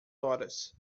horas